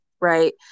Right